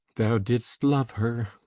thou didst love her?